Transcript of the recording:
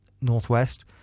northwest